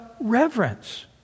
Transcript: reverence